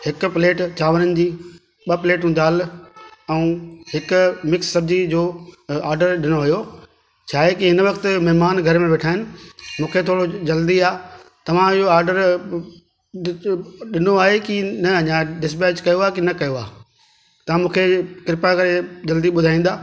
हिकु प्लेट चांवरनि जी ॿ प्लेटूं दालि ऐं हिकु मिक्स सब्जी जो ऑडर ॾिनो हुओ छा आहे की हिन वक़्तु महिमान घर में वेठा आहिनि मूंखे थोरो जल्दी आहे तव्हां इहो ऑडर ॾिनो आहे की न अञा डिस्पैच कयो आहे की न कयो आहे ता मूंखे कृपा करे जल्दी ॿुधाईंदा